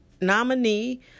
nominee